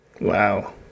Wow